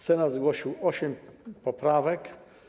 Senat zgłosił osiem poprawek.